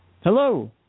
Hello